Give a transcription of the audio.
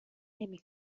نمی